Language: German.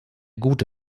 gute